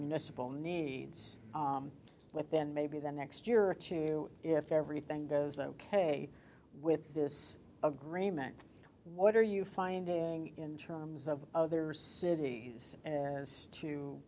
municipal needs within maybe the next year or two if everything goes ok with this agreement what are you finding in terms of other cities as to